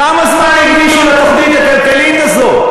כמה זמן הקדישו לתוכנית הכלכלית הזו?